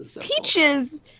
Peaches